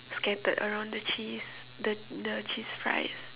scattered around the cheese the the cheese fries